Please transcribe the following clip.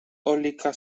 olika